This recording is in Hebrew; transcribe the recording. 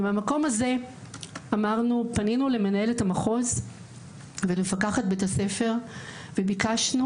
ומהמקום הזה פנינו למנהלת המחוז ולמפקחת בית הספר וביקשנו,